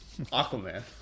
Aquaman